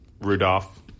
Rudolph